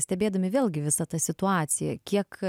stebėdami vėlgi visą tą situaciją kiek